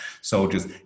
soldiers